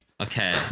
Okay